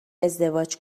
ازدواج